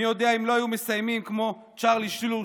מי יודע אם לא היו מסיימים כמו צ'רלי שלוש,